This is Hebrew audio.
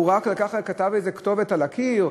הוא רק כתב איזה כתובת על הקיר,